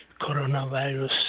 coronavirus